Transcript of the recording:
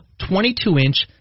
22-inch